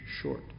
short